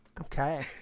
Okay